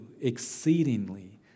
exceedingly